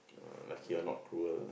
uh lucky you are not cruel ah